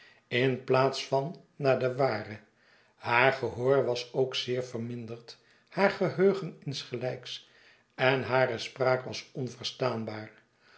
in plaats van naar de ware haar gehoor was ook zeer verminderd haar geheugen insgelijks en hare spraak was onverstaanbaar